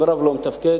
אם רב לא מתפקד,